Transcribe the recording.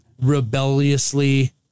rebelliously